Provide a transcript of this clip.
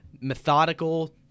methodical